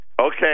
okay